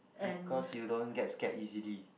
because you don't get scared easily